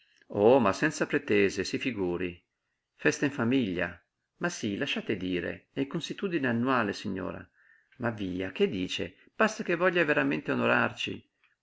oh ma senza pretese si figuri festa in famiglia ma sí lasciate dire è consuetudine annuale signora ma via che dice basta che voglia veramente onorarci si